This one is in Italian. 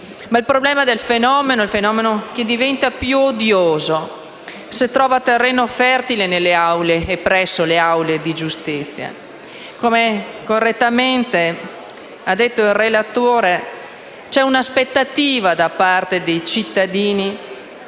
Il problema è che il fenomeno diventa più odioso se trova terreno fertile presso le aule di giustizia. Come correttamente ha detto il relatore, c'è l'aspettativa da parte dei cittadini